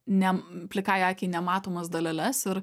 ne plikai akiai nematomas daleles ir